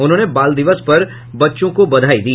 उन्होंने बाल दिवस पर बच्चों को बधाई दी